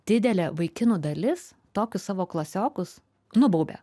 didelė vaikinų dalis tokius savo klasiokus nubaubia